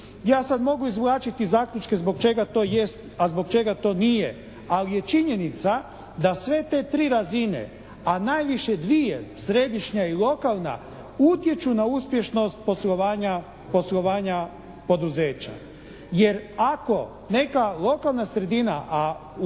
Ja sad mogu izvlačiti zaključke zbog čega to jest, a zbog čega to nije. Ali je činjenica da sve te tri razine, a najviše dvije, središnja i lokalna utječu na uspješnost poslovanja poduzeća. Jer ako neka lokalna sredina, a u